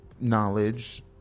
knowledge